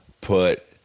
put